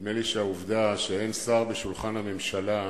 נדמה לי שהעובדה שאין שר בשולחן הממשלה,